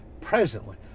presently